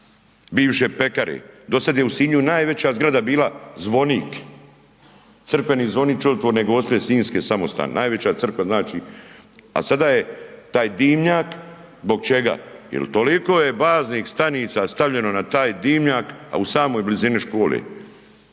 bivše pekare, dosad je u Sinju najveća zgrada bila zvonik, crkveni zvonik Čudotvorne gospe sinjske, samostan, najveća crkva znači, a sada je taj dimnjak, zbog čega? Jel toliko je baznih stanica stavljeno na taj dimnjak, a u samoj blizini škole,